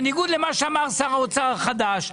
בניגוד למה שאמר שר האוצר החדש,